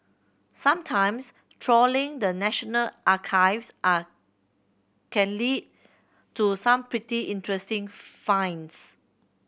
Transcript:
sometimes trawling the National Archives are can lead to some pretty interesting finds